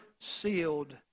sealed